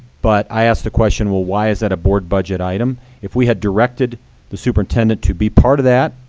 but i asked the question, well, why is that a board budget item? if we had directed the superintendent to be part of that,